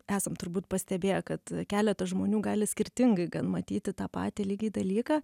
esam turbūt pastebėję kad keletas žmonių gali skirtingai gan matyti tą patį lygiai dalyką